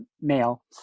male